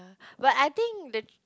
but I think the